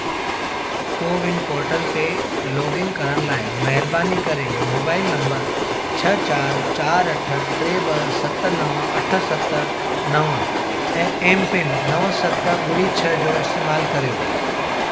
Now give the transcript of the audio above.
CoWIN portal ते login करण लाइ महिरबानी करे मोबाइल नंबर छ्ह चार चार अठ टे ॿ सत नवं अठ सत नवं ऐं एमपिन नवं सत ॿुड़ी छह जो इस्तेमालु कर्यो